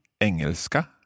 Engelska